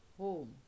home